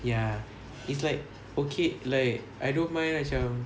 ya it's like okay like I don't mind macam